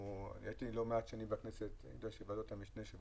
אני לא מעט שנים בכנסת ואני יודע שוועדות המשנה של